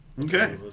Okay